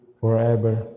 forever